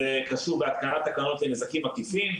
זה קשור בהתקנת תקנות לנזקים מקיפים.